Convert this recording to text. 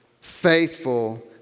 faithful